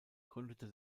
gründete